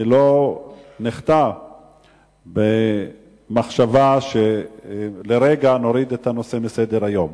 שלא נחטא במחשבה שלרגע נוריד את הנושא מסדר-היום.